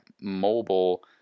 mobile